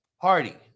party